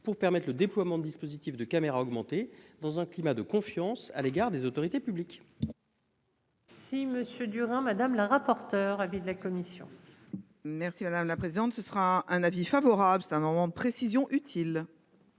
pour permettre le déploiement de dispositif de caméras augmenter dans un climat de confiance à l'égard des autorités publiques. Si Monsieur Durand Madame la rapporteure avis de la commission. Merci madame la présidente. Ce sera un avis favorable. C'est un moment, précision utile.